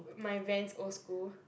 err my Vans old school